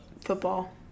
football